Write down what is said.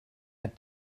that